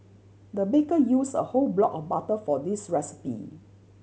the baker used a whole block of butter for this recipe